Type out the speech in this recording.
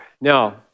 Now